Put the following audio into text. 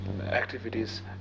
activities